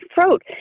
throat